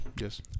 Yes